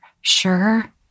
sure